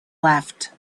left